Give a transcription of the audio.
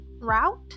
route